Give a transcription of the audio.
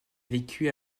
vécu